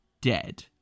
Dead